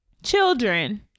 Children